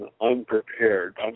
unprepared